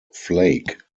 flake